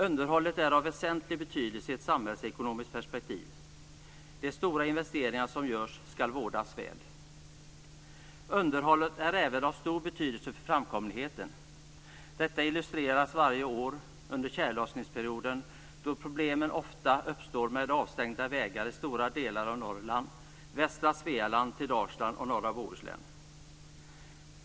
Underhållet är av väsentlig betydelse i ett samhällsekonomiskt perspektiv. De stora investeringar som görs skall vårdas väl. Underhållet är även av stor betydelse för framkomligheten. Detta illustreras varje vår under tjällossningsperioden då problem ofta uppstår med avstängda vägar i stora delar av Norrland, västra Svealand till Dalsland och norra Bohuslän.